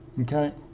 Okay